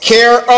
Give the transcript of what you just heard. Care